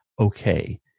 Okay